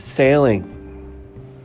Sailing